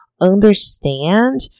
understand